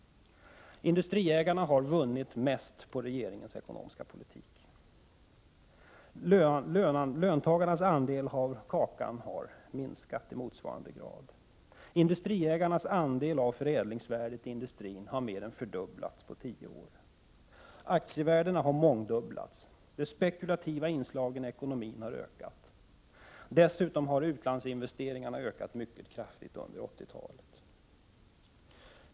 Industriägarna har vunnit mest på regeringens ekonomiska politik. Löntagarnas andel av kakan har minskat i motsvarande grad. Industriägarnas andel av förädlingsvärdet i industrin har mer än fördubblats på tio år. Aktievärdena har mångdubblats, och de spekulativa inslagen i ekonomin har ökat. Dessutom har utlandsinvesteringarna ökat mycket kraftigt under 80-talet.